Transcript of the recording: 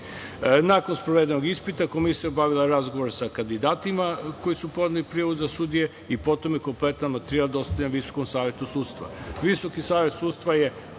Nakon sprovedenog ispita komisija je obavila razgovor sa kandidatima koji su podneli prijavu za sudije i potom je kompletan materijal dostavljen Visokom savetu sudstva. Visoki